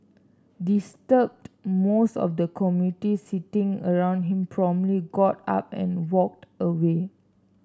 disturbed most of the commuters sitting around him promptly got up and walked away